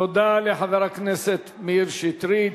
תודה לחבר הכנסת מאיר שטרית.